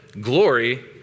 glory